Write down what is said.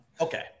okay